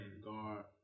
guard